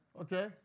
Okay